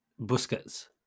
Busquets